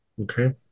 Okay